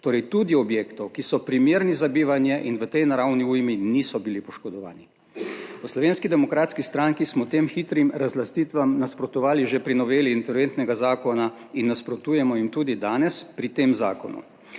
torej tudi objektov, ki so primerni za bivanje in v tej naravni ujmi niso bili poškodovani. V Slovenski demokratski stranki smo tem hitrim razlastitvam nasprotovali že pri noveli interventnega zakona in nasprotujemo jim tudi danes pri tem zakonu.